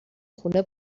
خونه